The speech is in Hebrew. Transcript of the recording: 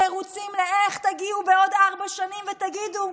תירוצים לאיך תגיעו בעוד ארבע שנים ותגידו: